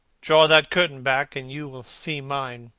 draw that curtain back, and you will see mine.